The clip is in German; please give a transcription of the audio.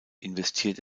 investiert